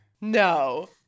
No